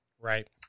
Right